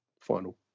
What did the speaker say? final